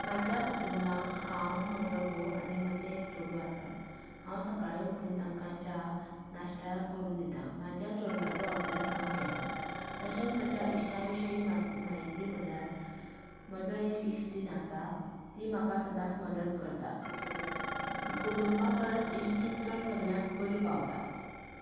म्हाज्या कुटूंबांक हांव म्हजो घोव आनी म्हजें एक चेडूं आसां हांव सकाळीं उठून तांकां च्या नाश्ता करून दिता म्हाज्या चोडवाचो अभ्यास हांव घेता तशेंच म्हज्या इश्टा विशयीं माती माहिती म्हणल्यार म्हजो एक इश्टीण आसा ती म्हाका सदांच मदत करता कुटूंबा परस इश्टीण चड सगल्याक बरी पावता